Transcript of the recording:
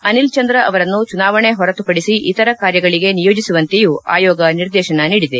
ಅನಿಲ್ ಚಂದ್ರ ಅವರನ್ನು ಚುನಾವಣೆ ಹೊರತು ಪಡಿಸಿ ಇತರ ಕಾರ್ಯಗಳಿಗೆ ನಿಯೋಜಿಸುವಂತೆಯೂ ಆಯೋಗ ನಿರ್ದೇಶನ ನೀಡಿದೆ